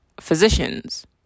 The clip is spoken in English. physicians